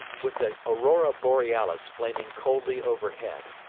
with the aurora borealis flaming coldly overhead,